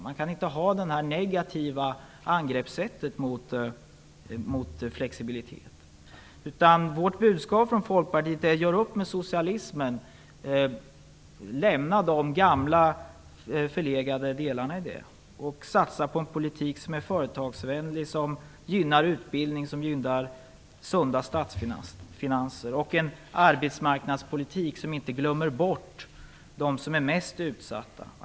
Man kan inte ha ett sådant negativt angreppssätt när det gäller den här typen av flexibilitet. Vårt budskap från Folkpartiet är: Gör upp med socialismen. Lämna de gamla förlegade delar som den innehåller. Satsa på en politik som är företagsvänlig och som gynnar utbildning, sunda statsfinanser och en arbetsmarknadspolitik som inte glömmer bort dem som är mest utsatta.